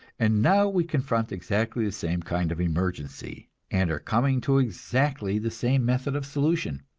and now we confront exactly the same kind of emergency, and are coming to exactly the same method of solution.